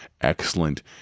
excellent